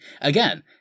Again